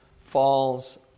falls